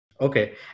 Okay